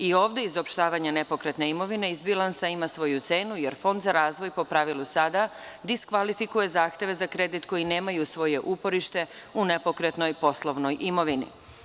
I, ovde izopštavanje nepokretne imovine iz bilansa ima svoju cenu jer Fond za razvoje po pravilu sada diskvalifikuje zahteve za kredit koji nemaju svoje uporište u nepokretnoj poslovnoj imovini.